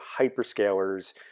hyperscalers